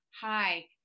Hi